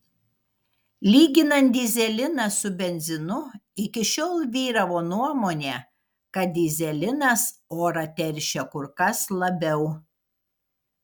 lyginant dyzeliną su benzinu iki šiol vyravo nuomonė kad dyzelinas orą teršia kur kas labiau